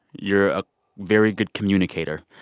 you're a very good communicator.